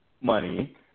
money